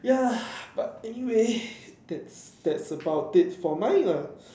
ya but anyway that's that's about it for mine lah